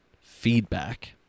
feedback